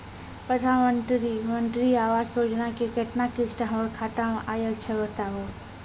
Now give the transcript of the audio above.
प्रधानमंत्री मंत्री आवास योजना के केतना किस्त हमर खाता मे आयल छै बताबू?